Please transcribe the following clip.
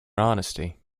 honesty